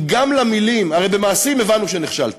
אם גם למילים, הרי במעשים הבנו שנכשלתם,